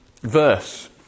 verse